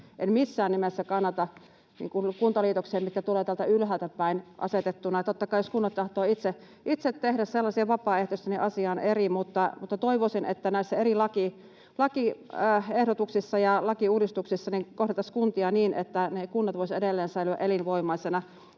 en missään nimessä kannata kuntaliitoksia, mitkä tulevat täältä ylhäältä päin asetettuina. Totta kai, jos kunnat tahtovat itse tehdä sellaisia vapaaehtoisesti, niin asia on eri. Mutta toivoisin, että näissä eri lakiehdotuksissa ja lakiuudistuksissa kohdeltaisiin kuntia niin, että ne kunnat voisivat edelleen säilyä elinvoimaisina.